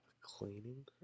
Cleaning